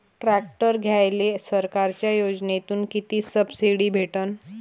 Tractor घ्यायले सरकारच्या योजनेतून किती सबसिडी भेटन?